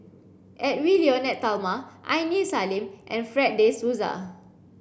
Edwy Lyonet Talma Aini Salim and Fred de Souza